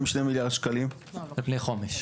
על פני חומש.